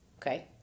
Okay